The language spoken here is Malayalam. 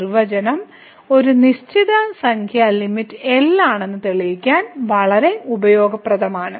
നിർവചനം ഒരു നിശ്ചിത സംഖ്യ ലിമിറ്റ് L ആണെന്ന് തെളിയിക്കാൻ വളരെ ഉപയോഗപ്രദമാണ്